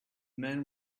men